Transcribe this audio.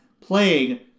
playing